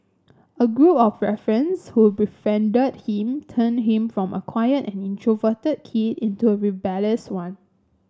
a group of ruffians who befriended him turned him from a quiet and introverted kid into a rebellious one